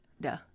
duh